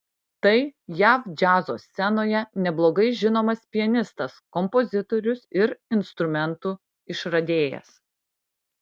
tai jav džiazo scenoje neblogai žinomas pianistas kompozitorius ir instrumentų išradėjas